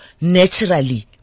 naturally